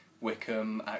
Wickham